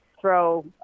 throw